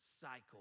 cycle